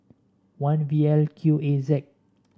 one V L Q A Z